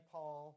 Paul